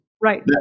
Right